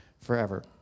forever